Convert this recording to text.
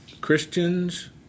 Christians